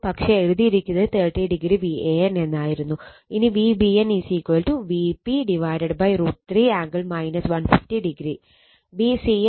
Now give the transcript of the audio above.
പക്ഷെ എഴുതിയിരുന്നത് 30o Van എന്നായിരുന്നു ഇനി Vbn Vp√ 3 ആംഗിൾ 150o